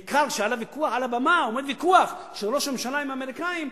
בעיקר כשעל הבמה עומד ויכוח של ראש הממשלה עם האמריקנים,